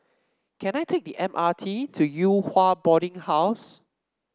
can I take the M R T to Yew Hua Boarding House